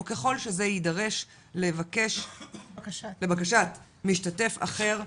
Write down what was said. או ככל שזה יידרש לבקשת משתתף אחר בישיבה,